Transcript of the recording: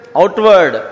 outward